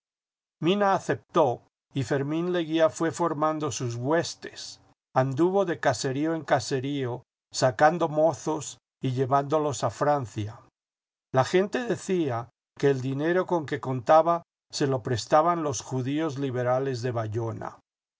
mina aceptó y fermín leguía fué formando sus huestes anduvo de caserío en caserío sacando m ozos y llevándolos a francia la gente decía que el dinero con que contaba se lo prestaban los judíos liberales de bayona